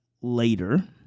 later